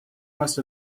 must